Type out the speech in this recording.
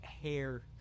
Hair